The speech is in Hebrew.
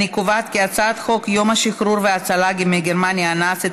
הצעת חוק יום השחרור וההצלה מגרמניה הנאצית,